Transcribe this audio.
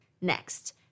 Next